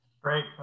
Great